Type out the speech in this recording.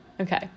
Okay